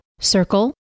Circle